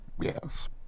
yes